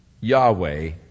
Yahweh